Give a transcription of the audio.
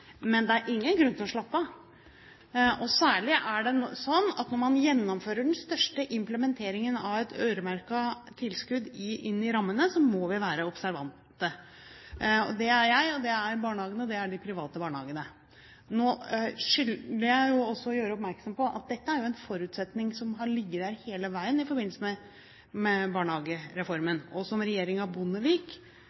Men det er ingen grunn til å slappe av! Særlig er det slik at vi må være observante når vi gjennomfører den største implementeringen av et øremerket tilskudd inn i rammene. Det er jeg, det er barnehagene, og det er de private barnehagene. Nå skylder jeg også å gjøre oppmerksom på at dette er jo en forutsetning som har ligget der hele veien i forbindelse med barnehagereformen,